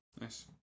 Nice